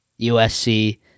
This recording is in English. USC